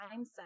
mindset